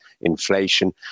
inflation